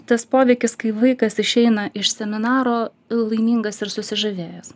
tas poveikis kai vaikas išeina iš seminaro laimingas ir susižavėjęs